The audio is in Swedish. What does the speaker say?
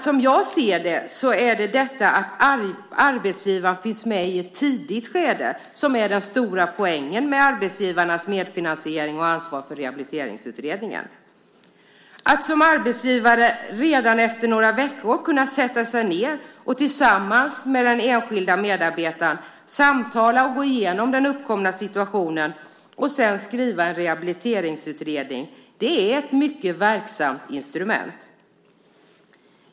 Som jag ser det är det detta att arbetsgivaren finns med i ett tidigt skede som är den stora poängen med arbetsgivarnas medfinanisering och ansvar för rehabiliteringsutredningen. Att som arbetsgivare redan efter några veckor kunna sätta sig ned tillsammans med den enskilde medarbetaren, samtala, och gå igenom den uppkomna situationen och sedan skriva en rehabiliteringsutredning är ett mycket verksamt instrument.